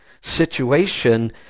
situation